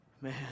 Man